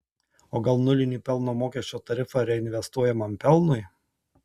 o gal nulinį pelno mokesčio tarifą reinvestuojamam pelnui